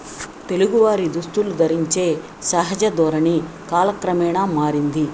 తెలుగువారి దుస్తులు ధరించే సహజ ధోరణి కాలక్రమేణ మారింది